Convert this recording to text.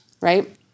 right